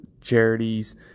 charities